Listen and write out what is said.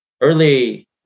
early